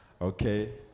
Okay